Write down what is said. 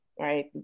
right